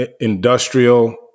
industrial